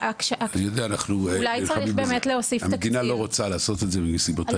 אולי באמת צריך להוסיף --- המדינה לא רוצה לעשות את זה מסיבותיה,